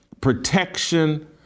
protection